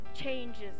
changes